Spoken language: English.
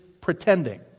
pretending